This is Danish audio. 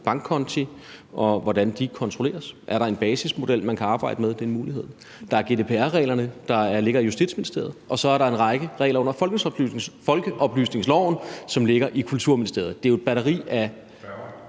bankkonti, og hvordan de kontrolleres. Er der en basismodel, man kan arbejde med? Det er en mulighed. Der er GDPR-reglerne, der ligger i Justitsministeriet, og så er der en række regler under folkeoplysningsloven, som ligger under Kulturministeriet. Der er jo et batteri af